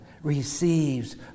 receives